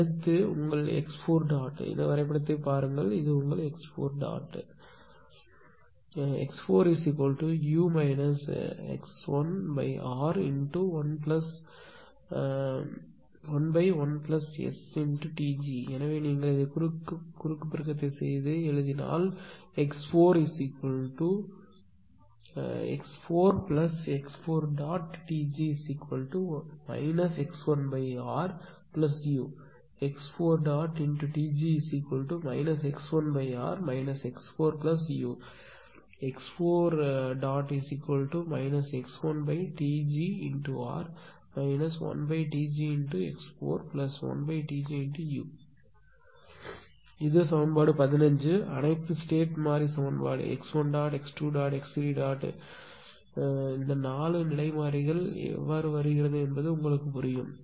அடுத்து உங்கள் ̇ இந்த வரைபடத்தில் பாருங்கள் இது உங்கள் x4 x4u x1R11STg எனவே மீண்டும் குறுக்கு பெருக்கத்தை எழுதுவது x4x4Tg x1Ru x4Tg x1R x4u x4 x1TgR 1Tgx41Tgu இது சமன்பாடு 15 அனைத்து ஸ்டேட் மாறி சமன்பாடு x1 x2 x3 எப்படி 4 நிலை மாறிகள் ப் பெறுவது என்பது புரியும்